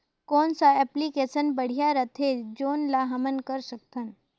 कौन सा एप्लिकेशन बढ़िया रथे जोन ल हमन कर सकथन?